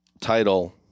title